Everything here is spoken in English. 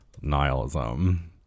nihilism